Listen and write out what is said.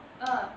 uh